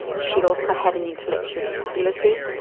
she also had an intellectual disability,